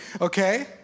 okay